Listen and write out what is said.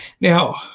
now